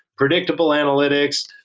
predictable analytics.